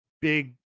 big